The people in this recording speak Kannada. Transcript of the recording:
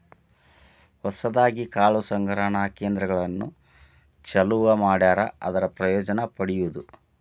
ಹೊಸದಾಗಿ ಕಾಳು ಸಂಗ್ರಹಣಾ ಕೇಂದ್ರಗಳನ್ನು ಚಲುವ ಮಾಡ್ಯಾರ ಅದರ ಪ್ರಯೋಜನಾ ಪಡಿಯುದು